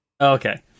Okay